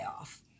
off